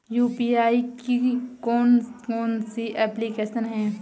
UPI की कौन कौन सी एप्लिकेशन हैं?